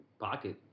pocket